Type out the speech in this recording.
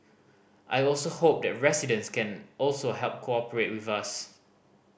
I also hope that residents can also help cooperate with us